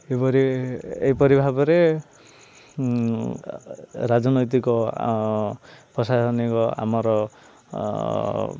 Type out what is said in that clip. ଏହିପରି ଏହିପରି ଭାବରେ ରାଜନୈତିକ ପ୍ରଶାସନିକ ଆମର